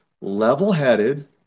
level-headed